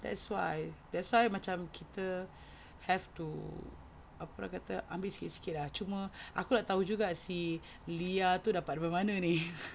that's why that's why macam kita have to apa orang kata ambil sikit-sikit ah cuma aku nak tahu juga si Lia tu dapat daripada mana ni